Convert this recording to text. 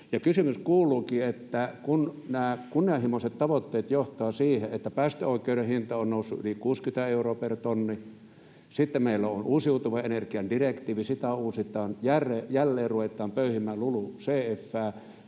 kysymys kuuluukin, että kun nämä kunnianhimoiset tavoitteet johtavat siihen, että päästöoikeuden hinta on noussut yli 60 euroa per tonni, ja sitten meillä on uusiutuvan energian direktiivi — sitä uusitaan, jälleen ruvetaan pöyhimään LULUCF:ää